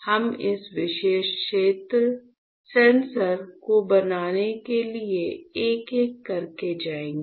हम इस विशेष सेंसर को बनाने के लिए एक एक करके जाएंगे